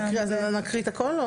להקריא את הכל?